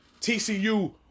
TCU